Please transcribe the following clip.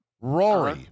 Rory